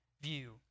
view